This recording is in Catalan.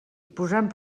posant